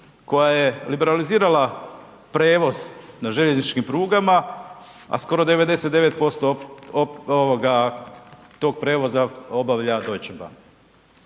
koja je liberalizirala prijevoz na željezničkim prugama, a skoro 99% ovoga toga prijevoza obavlja Deutsche Bahn.